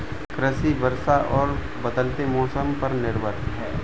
कृषि वर्षा और बदलते मौसम पर निर्भर है